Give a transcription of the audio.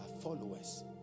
Followers